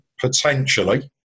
potentially